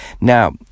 Now